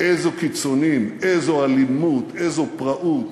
איזה קיצונים, איזו אלימות, איזו פראות,